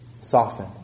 soften